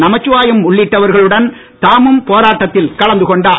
நமச்சிவாயம் உள்ளிட்டவர்களுடன் தாமும் போராட்டத்தில் கலந்து கொண்டார்